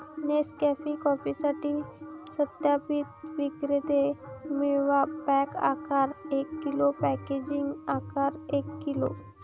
Nescafe कॉफीसाठी सत्यापित विक्रेते मिळवा, पॅक आकार एक किलो, पॅकेजिंग आकार एक किलो